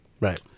Right